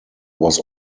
was